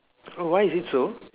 oh why is it so